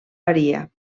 varia